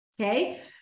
Okay